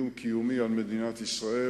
זה איום קיומי על מדינת ישראל,